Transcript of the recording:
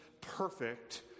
perfect